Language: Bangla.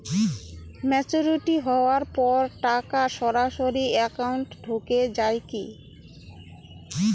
ম্যাচিওরিটি হওয়ার পর টাকা সরাসরি একাউন্ট এ ঢুকে য়ায় কি?